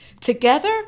together